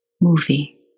movie